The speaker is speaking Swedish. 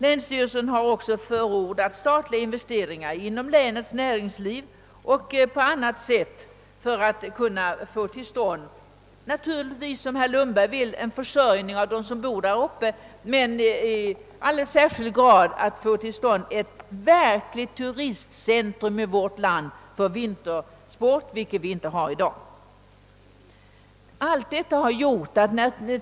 Länsstyrelsen har också förordat statliga investeringar inom länets näringsliv och på annat sätt — naturligtvis för att de som bor där uppe skall kunna få sin försörjning men alldeles särskilt för att i vårt land skapa ett verkligt turistcentrum för vintersport, vilket inte finns i dag.